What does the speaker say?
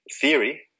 theory